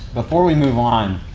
before we move on,